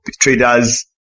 traders